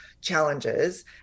challenges